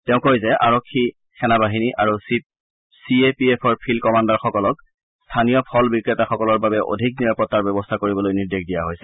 তেওঁ কয় যে আৰক্ষী সেনাবাহিনী আৰু চিএপিএফৰ ফিল্ড কমাণ্ডাৰসকলক স্থানীয় ফল বিক্ৰেতাসকলৰ বাবে অধিক নিৰাপত্তাৰ ব্যৱস্থা কৰিবলৈ নিৰ্দেশ দিয়া হৈছে